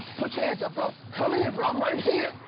put your hands up bro. come here bro, i'm right here.